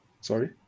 Sorry